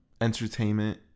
entertainment